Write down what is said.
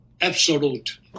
absolute